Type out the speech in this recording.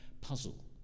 puzzle